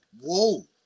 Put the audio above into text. whoa